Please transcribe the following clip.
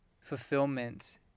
fulfillment